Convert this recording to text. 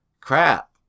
Crap